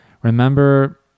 Remember